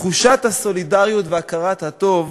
תחושת הסולידריות והכרת הטוב